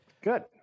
Good